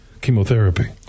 chemotherapy